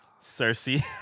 Cersei